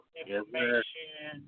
information